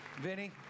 Vinny